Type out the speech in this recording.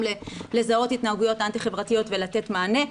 לזהות התנהגויות אנטי חברתיות ולתת מענה.